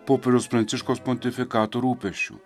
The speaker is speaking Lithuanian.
popiežiaus pranciškaus pontifikato rūpesčių